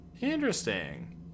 Interesting